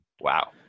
wow